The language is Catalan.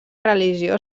religió